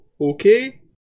Okay